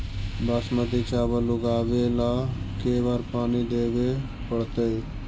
बासमती चावल उगावेला के बार पानी देवे पड़तै?